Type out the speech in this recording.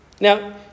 Now